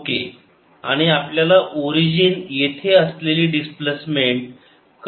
okay आणि आपल्याला origin येथे असलेली डिस्प्लेसमेंट करंट डेन्सिटी शोधायची आहे